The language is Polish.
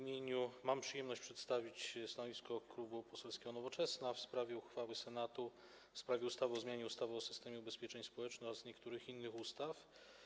Mam przyjemność przedstawić stanowisko Klubu Poselskiego Nowoczesna w sprawie uchwały Senatu w sprawie ustawy o zmianie ustawy o systemie ubezpieczeń społecznych oraz niektórych innych ustaw.